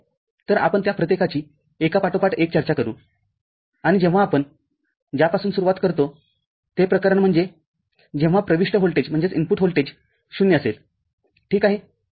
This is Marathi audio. तर आपण त्या प्रत्येकाची एकापाठोपाठ एक चर्चा करू आणि जेव्हा आपणज्यापासून सुरुवात करतो ते प्रकरण म्हणजे जेव्हा प्रविष्ट व्होल्टेज ० असेलठीक आहे